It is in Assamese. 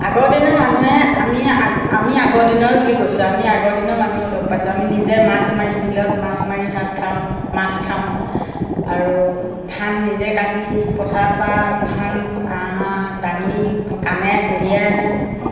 আগৰ দিনৰ মানুহে আমি আগ আমি আগৰ দিনৰে বুলি কৈছোঁ আমি আগৰ দিনৰ মানুহ লগ পাইছোঁ আমি নিজে মাছ মাৰি বিলত মাছ মাৰি ভাত খাওঁ মাছ খাওঁ আৰু ধান নিজে কাটি পথাৰত বা ধান আমাৰ ডাঙৰি কাণেৰে কঢ়িয়াই আনে